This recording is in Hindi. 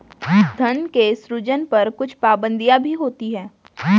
धन के सृजन पर कुछ पाबंदियाँ भी होती हैं